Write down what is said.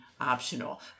optional